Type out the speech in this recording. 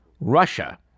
Russia